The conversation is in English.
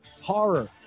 horror